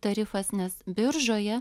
tarifas nes biržoje